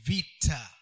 Vita